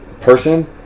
person